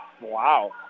Wow